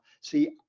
see